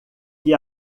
que